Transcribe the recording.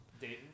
Dayton